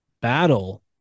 battle